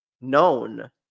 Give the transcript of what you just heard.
known